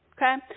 Okay